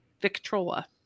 Victrola